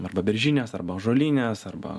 arba beržinės arba ąžolinės arba